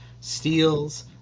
steals